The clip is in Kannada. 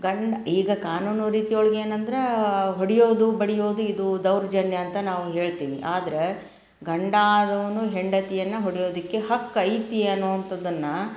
ಗಂಡ ಈಗ ಕಾನೂನು ರೀತಿಯೊಳಗೆ ಏನಂದ್ರೆ ಹೊಡೆಯೋದು ಬಡಿಯೋದು ಇದು ದೌರ್ಜನ್ಯ ಅಂತ ನಾವು ಹೇಳ್ತೀವಿ ಆದ್ರೆ ಗಂಡ ಆದವನು ಹೆಂಡತಿಯನ್ನು ಹೊಡೆಯೋದಕ್ಕೆ ಹಕ್ಕು ಐತಿ ಅನ್ನುವಂಥದ್ದನ್ನ